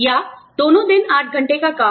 या दोनों दिन 8 घंटे का काम